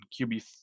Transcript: QB